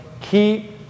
Keep